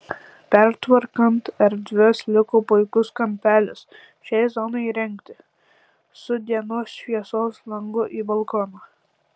pertvarkant erdves liko puikus kampelis šiai zonai įrengti su dienos šviesos langu į balkoną